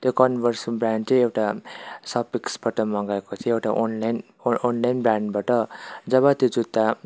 त्यो Converse brand चाहिँ एउटा सपिक्सबाट मगाएको थिएँ एउटा अनलाइन ओ अनलाइन ब्रान्डबाट जब त्यो जुत्ता